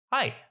Hi